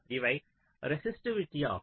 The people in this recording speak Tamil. இவை ரெசிஸ்டிவிட்டி ஆகும்